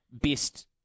best